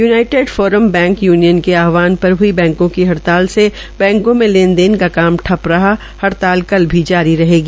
United Forum Bank Union के आहवान पर हई बैंको की हड़ताल से बैंको से लेन देन का काम कम ठप्प रहा हड़ताल कल भी जारी रहेगी